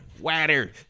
Water